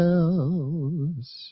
else